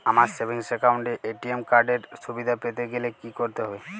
আমার savings account এ ATM card এর সুবিধা পেতে গেলে কি করতে হবে?